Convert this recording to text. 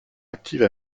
active